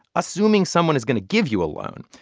assuming someone is going to give you a loan.